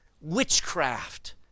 witchcraft